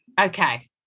Okay